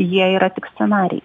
jie yra tik scenarijai